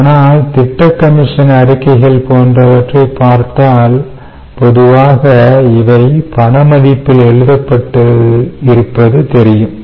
ஆனால் திட்டக்கமிஷன் அறிக்கைகள் போன்றவற்றை பார்த்தால் பொதுவாக இவை பண மதிப்பில் எழுதப்பட்டு இருப்பது தெரியும்